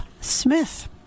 Smith